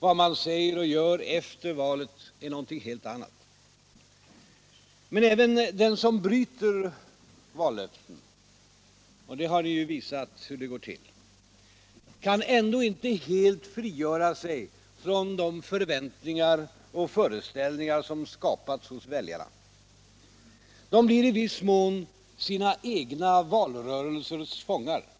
vad man säger och gör efter valet är någonting helt annat. Men även den som bryter vallöften, och det har ju visats hur det går till, kan ändå inte helt frigöra sig från de förväntningar och föreställningar som skapats hos väljarna. De blir i viss mån sina egna valrörelsers fångar.